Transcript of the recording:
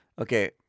Okay